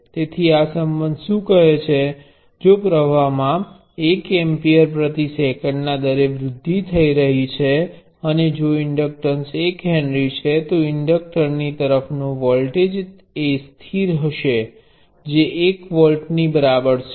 તેથી આ સંબંધ શું કહે છે જો પ્ર્વાહમાં એક એમ્પિઅર પ્રતિ સેકન્ડના દરે વૃદ્ધિ થઈ રહી છે અને જો ઇન્ડક્ટન્સ 1 હેનરી છે તો ઇન્ડક્ટરક્ટરની તરફનો વોલ્ટેજ એ સ્થિર હશે જે 1 વોલ્ટની બરાબર છે